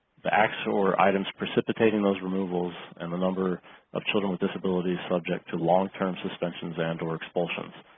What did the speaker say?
the acts or items precipitating those removals and the number of children with disabilities subject to long term suspensions and or expulsion.